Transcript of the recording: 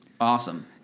awesome